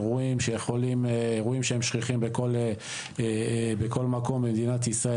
אירועים שהם שכיחים בכל מקום במדינת ישראל,